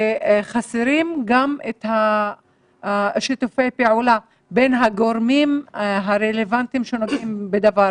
חסרים גם שיתופי פעולה בין הגורמים הרלוונטיים לדבר,